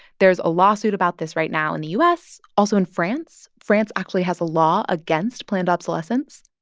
there's a lawsuit about this right now in the u s, also in france. france actually has a law against planned obsolescence.